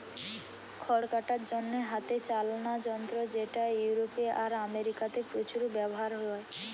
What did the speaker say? খড় কাটার জন্যে হাতে চালানা যন্ত্র যেটা ইউরোপে আর আমেরিকাতে প্রচুর ব্যাভার হয়